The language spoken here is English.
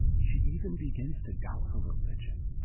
she even begins to doubt her religion.